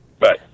Bye